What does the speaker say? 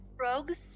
rogues